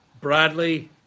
Bradley